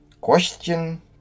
question